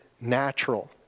natural